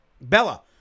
Bella